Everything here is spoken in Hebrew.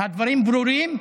הדברים ברורים?